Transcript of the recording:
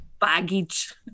baggage